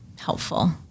helpful